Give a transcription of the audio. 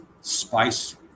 spice